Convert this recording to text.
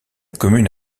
commune